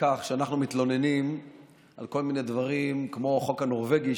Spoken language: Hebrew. בכך שאנחנו מתלוננים על כל מיני דברים כמו החוק הנורבגי,